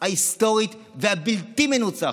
ההיסטורית והבלתי-מנוצחת,